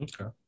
Okay